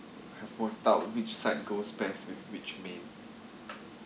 have worked out which side goes best with which main